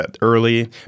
early